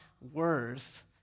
worth